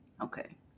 Okay